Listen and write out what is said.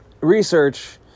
research